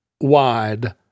wide